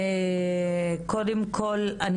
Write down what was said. קודם כל,